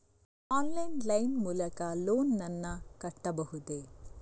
Online line ಮೂಲಕ loan ನನ್ನ ಕಟ್ಟಬಹುದೇ?